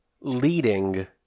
leading